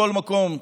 בכל מקום,